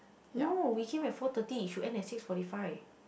no we came at four thirty should end at six forty five